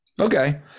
okay